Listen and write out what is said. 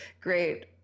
great